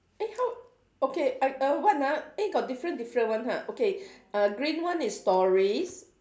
eh how okay I uh what ah eh got different different one ha okay uh green one is stories